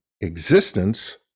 existence